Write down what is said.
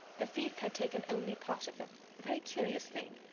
the thief had taken only part of them a very curious thing.